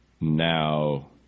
Now